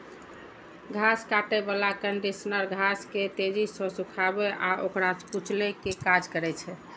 घास काटै बला कंडीशनर घास के तेजी सं सुखाबै आ ओकरा कुचलै के काज करै छै